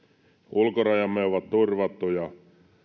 ulkorajamme ovat turvattuja